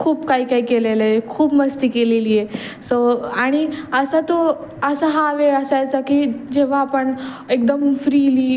खूप काही काही केलेलंय खूप मस्ती केलेली आहे सो आणि असा तो असा हा वेळ असायचा की जेव्हा आपण एकदम फ्रीली